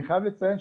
אני חייב לציין,